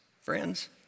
friends